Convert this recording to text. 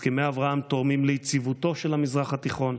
הסכמי אברהם תורמים ליציבותו של המזרח התיכון,